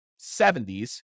70s